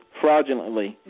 fraudulently